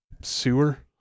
sewer